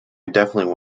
definitely